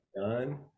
done